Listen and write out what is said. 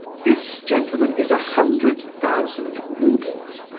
this, gentlemen, is a hundred thousand roubles,